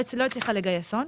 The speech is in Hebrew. לא הצליחה לגייס הון,